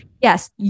yes